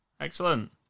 Excellent